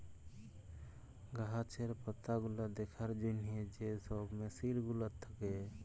গাহাচের পাতাগুলা দ্যাখার জ্যনহে যে ছব মেসিল গুলা থ্যাকে